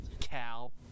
cal